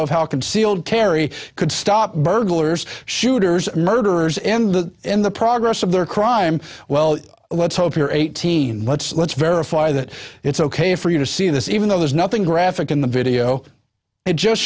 of how concealed carry could stop burglars shooters murderers and the in the progress of their crime well let's hope they are eighteen let's let's verify that it's ok for you to see this even though there's nothing graphic in the video it just